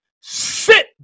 sit